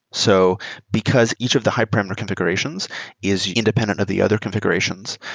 so because each of the hyperperameter configurations is independent of the other configurations,